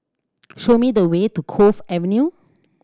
show me the way to Cove Avenue